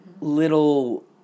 little